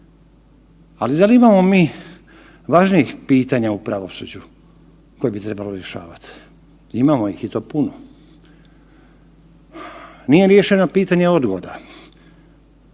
Ali da li imamo mi važnijih pitanja u pravosuđu koje bi trebali rješavati? Imamo ih i to puno. Nije riješeno pitanje odgoda,